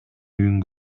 үйүн